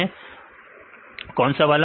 विद्यार्थी 1 कौन सा वाला